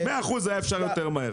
מאה אחוז היה אפשר יותר מהר.